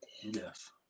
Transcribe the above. yes